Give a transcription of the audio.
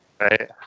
Right